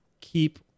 keep